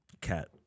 Cat